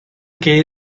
que